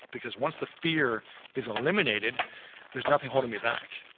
because once the fear is eliminated there's nothing holding me back.